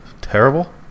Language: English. terrible